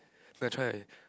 no I try